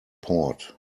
port